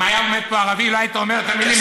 אם היה עומד פה ערבי לא היית אומר את המילים האלה.